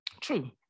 True